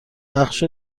بخش